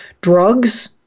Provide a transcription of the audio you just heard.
drugs